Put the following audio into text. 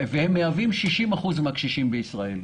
והם מהווים 60% מן הקשישים בישראל,